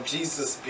Jesus